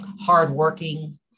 hardworking